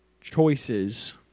choices